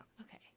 okay